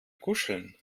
kuscheln